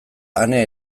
ane